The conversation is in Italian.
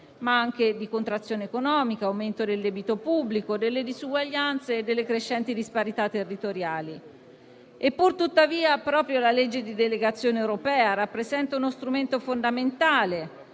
ma anche di contrazione economica e di aumento del debito pubblico, delle disuguaglianze e delle disparità territoriali. Purtuttavia, proprio la legge di delegazione europea rappresenta uno strumento fondamentale